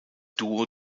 duo